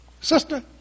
Sister